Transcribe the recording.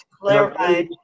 clarify